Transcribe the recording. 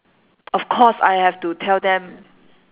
of course I have to tell them